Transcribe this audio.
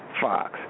Fox